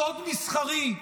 סוד מסחרי.